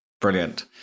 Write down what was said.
Brilliant